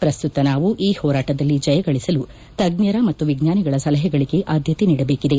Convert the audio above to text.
ಪ್ರಸ್ತುತ ನಾವು ಈ ಹೋರಾಟದಲ್ಲಿ ಜಯಗಳಿಸಲು ತಜ್ಜರ ಮತ್ತು ವಿಜ್ಞಾನಿಗಳ ಸಲಹೆಗಳಿಗೆ ಆದ್ದತೆ ನೀಡಬೇಕಿದೆ